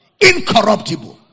Incorruptible